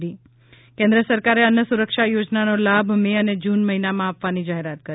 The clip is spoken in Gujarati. ઃ કેન્દ્ર સરકારે અન્ન સુરક્ષા યોજનાનો લાભ મે અને જૂન મહિનામાં આપવાની જાહેરાત કરી